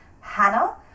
hannah